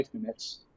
minutes